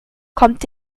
kommt